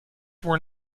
were